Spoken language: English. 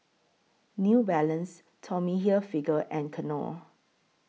New Balance Tommy Hilfiger and Knorr